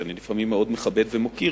שאני לפעמים מאוד מכבד ומוקיר,